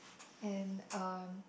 and um